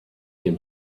him